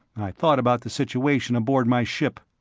i thought about the situation aboard my ship.